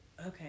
Okay